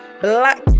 black